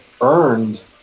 earned